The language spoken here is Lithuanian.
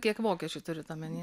kiek vokiečių turit omeny